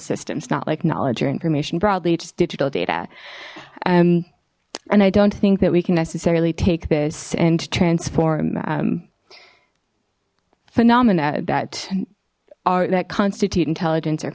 systems not like knowledge or information broadly just digital data and i don't think that we can necessarily take this and transform phenomena that are that constitute intelligence o